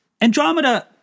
Andromeda